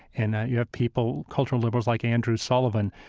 and you have people, cultural liberals like andrew sullivan,